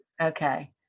Okay